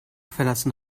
verlassen